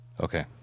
Okay